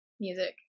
music